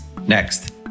next